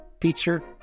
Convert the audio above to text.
feature